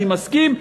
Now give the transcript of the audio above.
אני מסכים.